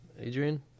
Adrian